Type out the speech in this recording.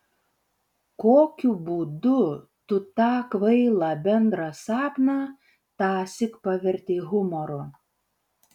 kokiu būdu tu tą kvailą bendrą sapną tąsyk pavertei humoru